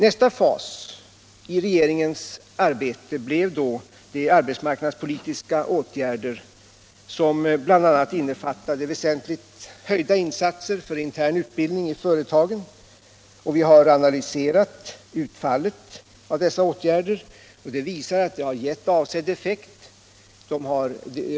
Nästa fas i regeringens arbete blev då de arbetsmarknadspolitiska åtgärder som bl.a. innefattade väsentligt ökade insatser för intern utbildning i företagen. Vi har analyserat utfallet av dessa åtgärder och funnit att de har givit avsedd effekt.